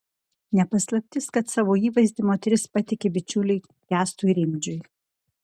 ne paslaptis kad savo įvaizdį moteris patiki bičiuliui kęstui rimdžiui